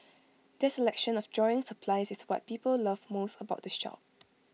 their selection of drawing supplies is what people love most about the shop